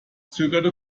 zögerte